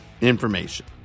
information